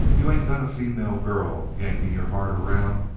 you ain't got a female girl yanking your heart around,